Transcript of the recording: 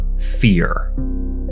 fear